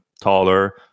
taller